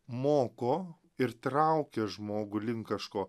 moko ir traukia žmogų link kažko